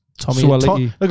Tommy